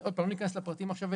לא ניכנס לפרטים עכשיו,